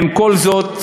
עם כל זה,